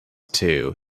too